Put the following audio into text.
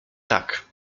tak